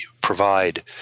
provide